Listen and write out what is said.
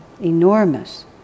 enormous